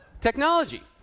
technology